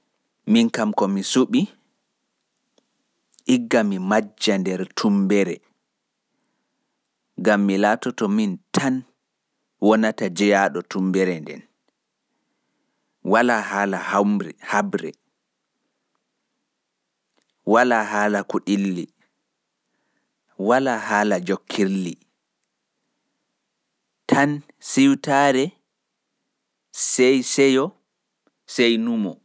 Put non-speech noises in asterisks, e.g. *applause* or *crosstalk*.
*hesitation* Ndikka mi majja nder jtummbere gam min laatoto min tan wonata jeyaaɗo tummbere nden. Wala haala hawre, kuɗilli e jokkilli. Daga siwtaare sai numo nder seyo tan.